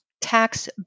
tax